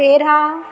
तेरहं